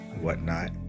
whatnot